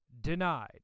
Denied